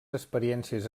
experiències